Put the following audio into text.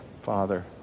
Father